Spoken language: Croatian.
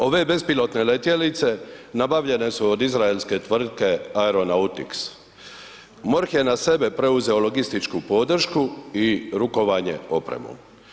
Ove bespilotne letjelice nabavljene su od izraelske tvrtke Aeronautics, MORH je na sebe preuzeo logističku podršku i rukovanje opremom.